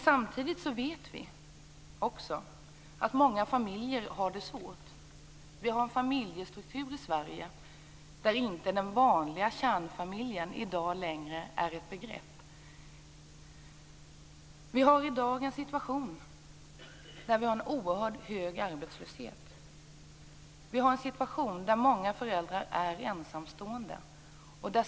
Samtidigt vet vi att många familjer har det svårt. Vi har en familjestruktur i Sverige där den vanliga kärnfamiljen i dag inte längre är ett begrepp. Vi har i dag en situation med en mycket hög arbetslöshet och många föräldrar som är ensamstående.